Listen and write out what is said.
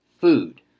food